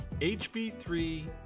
HB3